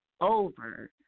over